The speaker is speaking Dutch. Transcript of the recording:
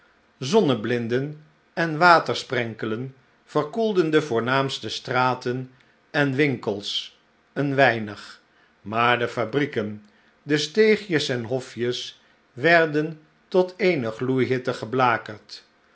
zonneblinden en watersprenkelen verkoelden de voornaamste straten en winkels een weinig maar de fabrieken de steegjes en hofjes werden tot eene